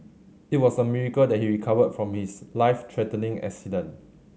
it was a miracle that he recovered from his life threatening accident